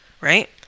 right